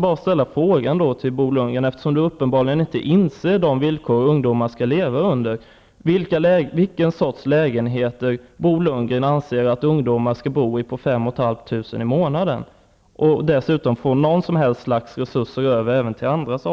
Bo Lundgren inser uppenbarligen inte vilka villkor ungdomar skall leva under. Vilken sorts lägenheter anser Bo Lundgren att ungdomar skall bo i med inkomster på 5 500 kr. i månaden om de dessutom skall få resurser över till annat?